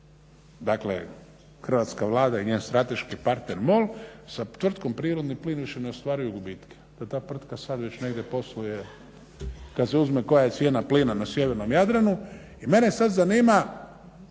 dakle hrvatska Vlada i njen strateški partner MOL sa tvrtkom Prirodni plin više ne ostvaruju gubitke, da ta tvrtka sada već negdje posluje kada se uzme koja je cijena plina na sjevernom Jadranu. I mene sada zanima